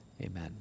Amen